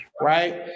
Right